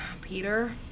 Peter